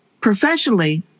professionally